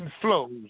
Flows